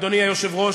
אדוני היושב-ראש,